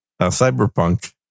Cyberpunk